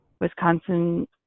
Wisconsin